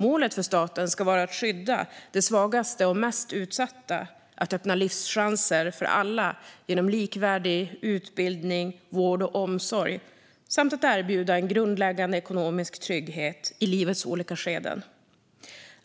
Målet för staten ska vara att skydda de svagaste och mest utsatta, att öppna livschanser för alla genom likvärdig utbildning, vård och omsorg samt att erbjuda en grundläggande ekonomisk trygghet i livets olika skeden.